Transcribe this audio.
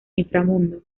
inframundo